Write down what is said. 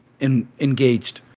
engaged